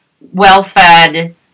well-fed